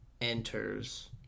enters